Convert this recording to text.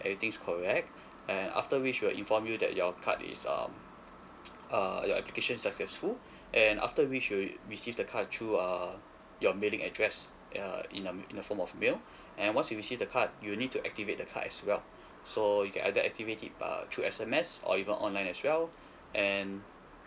everything is correct and after which we'll inform you that your card is um uh your application is successful and after which you receive the card through uh your mailing address uh in a in a form of mail and once you received the card you need to activate the card as well so you can either activate it uh through S_M_S or even online as well and